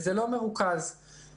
זה לא מרוכז ומסודר.